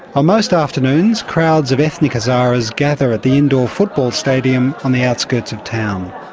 ah most afternoons crowds of ethnic hazaras gather at the and football stadium on the outskirts of town.